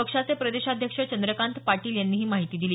पक्षाचे प्रदेशाध्यक्ष चंद्रकांत पाटील यांनी ही माहिती दिली